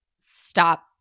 Stop